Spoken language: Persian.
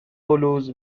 بلوز